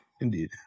Indeed